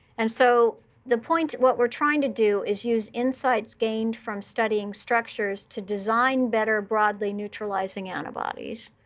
and so the point what we're trying to do is use insights gained from studying structures to design better broadly neutralizing antibodies.